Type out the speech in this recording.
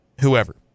whoever